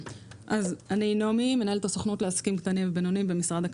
אני מנהלת הסוכנות לעסקים קטנים ובינוניים במשרד הכלכלה.